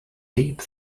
deep